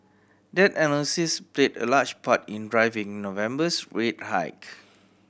that analysis played a large part in driving November's rate hike